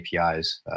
APIs